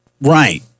Right